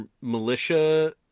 militia